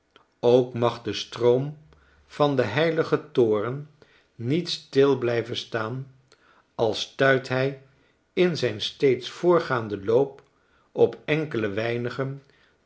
ook mag de stroom van den heiligen toorn niet stil blijven staan al stuit hij in zijn steeds voortgaanden loop op enkele weinigen